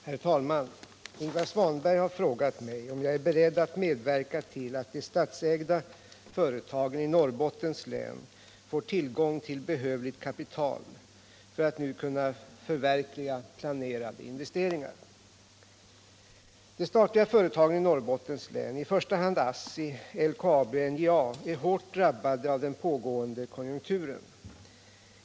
Herr talman! Ingvar Svanberg har frågat mig om jag är beredd att medverka till att de statsägda företagen i Norrbottens län får tillgång till behövligt kapital för att nu kunna förverkliga sina planerade investeringar. De statliga företagen i Norrbottens län, i första hand ASSI, LKAB och NJA, är hårt drabbade av den pågående konjunkturen.